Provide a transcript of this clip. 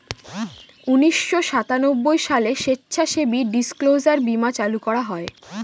উনিশশো সাতানব্বই সালে স্বেচ্ছাসেবী ডিসক্লোজার বীমা চালু করা হয়